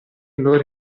loro